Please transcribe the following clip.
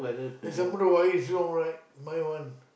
and some more the wire is long right my one